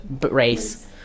race